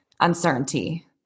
uncertainty